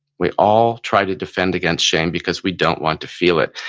we all try to defend against shame because we don't want to feel it.